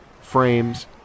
frames